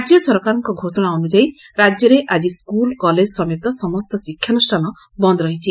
ରାକ୍ୟ ସରକାରଙ୍କ ଘୋଷଣା ଅନୁଯାୟୀ ରାକ୍ୟରେ ଆକି ସ୍କୁଲ୍ କଲେଜ ସମେତ ସମସ୍ତ ଶିକ୍ଷାନୁଷ୍ଠାନ ବନ୍ନ ରହିଛି